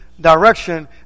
direction